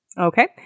Okay